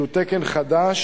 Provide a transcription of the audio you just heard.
שהוא תקן חדש